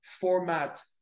format